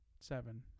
Seven